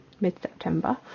mid-September